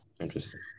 interesting